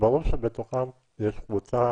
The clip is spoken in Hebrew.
ברור שבתוכם יש קבוצה